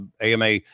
AMA